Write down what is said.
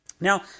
Now